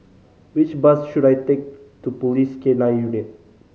which bus should I take to Police K Nine Unit